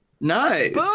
Nice